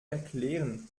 erklären